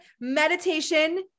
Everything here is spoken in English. meditation